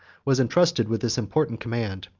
was intrusted with this important command.